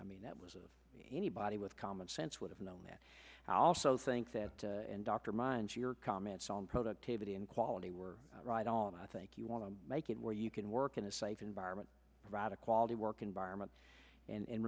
i mean that was anybody with common sense would have known that i also think that dr mind your comments on productivity and quality were right on i think you want to make it where you can work in a safe environment radek quality work environment and